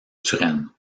turenne